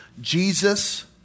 Jesus